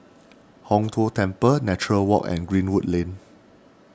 Hong Tho Temple Nature Walk and Greenwood Lane